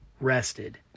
rested